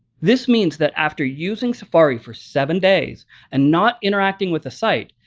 this means that after using safari for seven days and not interacting with the site,